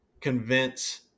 convince